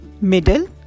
middle